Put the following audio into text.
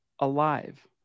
alive